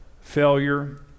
failure